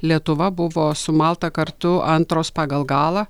lietuva buvo su malta kartu antros pagal galą